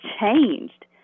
changed